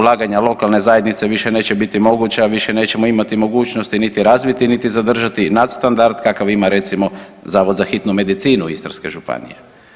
Ulaganja lokalne zajednice više neće biti moguća, a više nećemo imati mogućnosti niti razviti, niti zadržati nadstandard kakav ima recimo Zavod za hitnu medicinu Istarske županije.